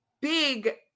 big